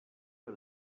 you